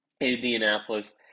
Indianapolis